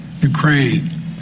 Ukraine